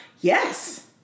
Yes